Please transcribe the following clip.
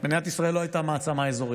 מדינת ישראל לא הייתה מעצמה אזורית,